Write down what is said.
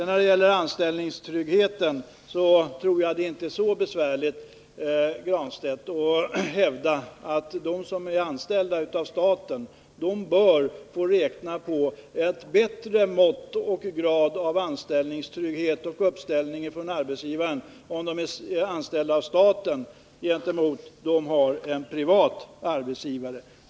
När det gäller anställningstryggheten är det nog inte så svårt, Pär Granstedt, att hävda att de som är anställda av staten bör kunna räkna med en högre grad av anställningstrygghet och uppslutning från arbetsgivarens sida än de som har en privat arbetsgivare.